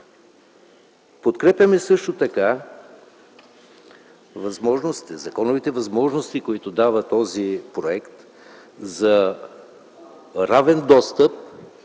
Подкрепяме също така законовите възможности, които дава този законопроект, за равен достъп